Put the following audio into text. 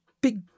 big